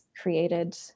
created